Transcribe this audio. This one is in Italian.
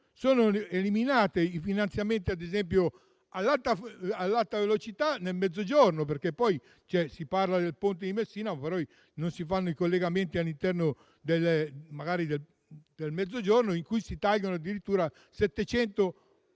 sono eliminati i finanziamenti all'Alta velocità nel Mezzogiorno. Si parla del ponte di Messina, però non si fanno i collegamenti all'interno del Mezzogiorno, in cui si tagliano addirittura 787